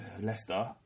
Leicester